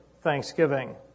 thanksgiving